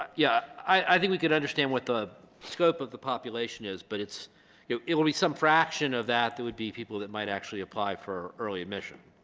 i yeah i think we could understand what the scope of the population is but it's you know it will be some fraction of that it would be people that might actually apply for early admission.